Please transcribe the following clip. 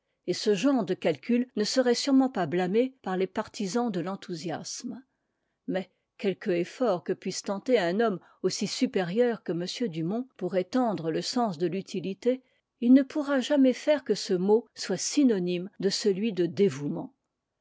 et ce genre de calcul ne serait sûrement pas marné par les partisans de l'enthousiasme mais quelque effort que puisse tenter un homme aussi supérieur que m dumont pour étendre le sens de l'utiuté ne pourra jamais faire que ce mot soit synonyme de celui de dévouement